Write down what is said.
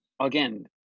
again –